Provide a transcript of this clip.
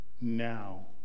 now